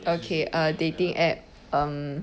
okay uh dating app um